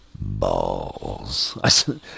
balls